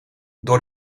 door